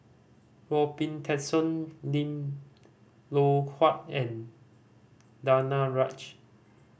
Robin Tessensohn Lim Loh Huat and Danaraj